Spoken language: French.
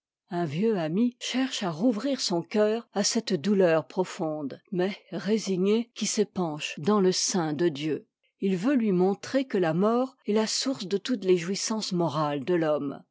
un vieux ami cherche à rouvrir son cœur à cette douleur profonde mais résignée qui s'épanche dans le sein de dieu il veut lui montrer que la mort est la source de toutes les jouissances morales de t'homme